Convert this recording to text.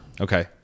okay